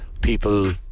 people